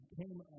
came